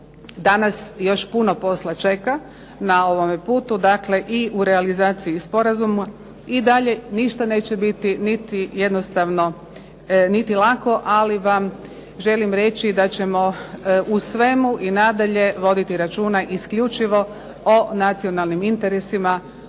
da nas još puno posla čeka na ovome putu, dakle i u realizaciji sporazuma i dalje ništa neće biti niti jednostavno niti lako, ali vam želim reći da ćemo u svemu i nadalje voditi računa isključivo o nacionalnim interesima, o interesima